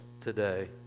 today